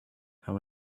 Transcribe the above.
how